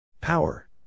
Power